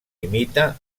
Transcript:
imita